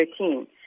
2013